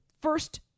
first